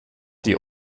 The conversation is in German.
die